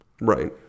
Right